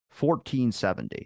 1470